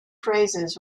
phrases